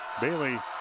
Bailey